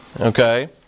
okay